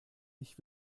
ich